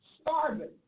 starving